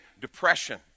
depression